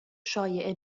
شایعه